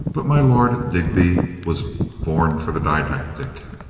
but my lord digby was born for the didactic.